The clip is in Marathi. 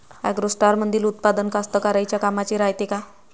ॲग्रोस्टारमंदील उत्पादन कास्तकाराइच्या कामाचे रायते का?